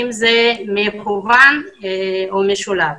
אם אלה לימודים מקוונים או משולבים.